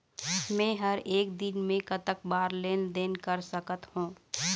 मे हर एक दिन मे कतक बार लेन देन कर सकत हों?